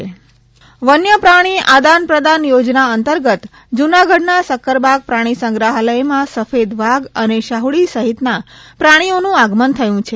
પ્રાણીસંગ્રહાલય વન્ય પ્રાણી આદાન પ્રદાન યોજના અંતર્ગત જૂનાગઢના સક્કરબાગ પ્રાણી સંગ્રહાલય માં સફેદ વાઘ અને શાહ્ડી સહિતના પ્રાણીઓનું આગમન થયું છે